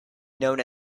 known